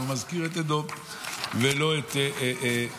אבל הוא מזכיר את אדום ולא את יוון,